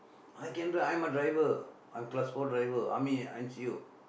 I can drive I am a driver I am class four driver I mean in N_C_O